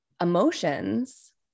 emotions